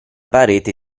parete